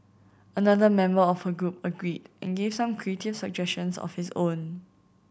another member of her group agreed and gave some creative suggestions of his own